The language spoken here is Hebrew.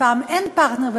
ופעם אין פרטנר,